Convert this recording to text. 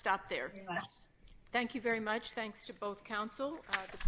stop there thank you very much thanks to both counsel for the